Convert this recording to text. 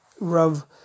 Rav